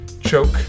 choke